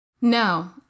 No